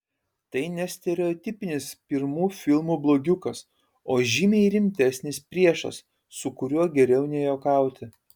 tai ne stereotipinis pirmų filmų blogiukas o žymiai rimtesnis priešas su kuriuo geriau nejuokauti